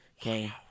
Okay